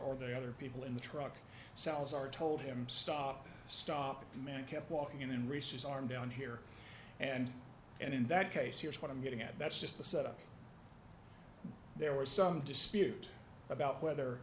or the other people in the truck cells are told him stop stop the man kept walking in and research arm down here and and in that case here's what i'm getting at that's just the set up there was some dispute about whether